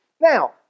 Now